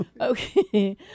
Okay